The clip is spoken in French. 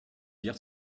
hier